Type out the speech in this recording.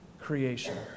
creation